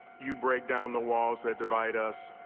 you break down the walls that divide us,